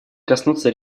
коснуться